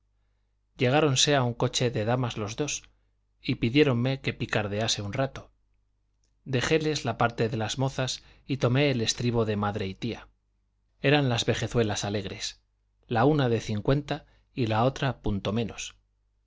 llegáronse a un coche de damas los dos y pidiéronme que picardease un rato dejéles la parte de las mozas y tomé el estribo de madre y tía eran las vejezuelas alegres la una de cincuenta y la otra punto menos